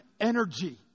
energy